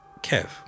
Kev